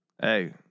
Hey